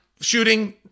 shooting